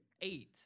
Eight